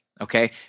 okay